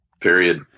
Period